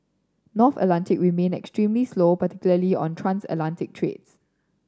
North Atlantic remained extremely slow particularly on transatlantic trades